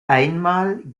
einmal